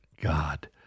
God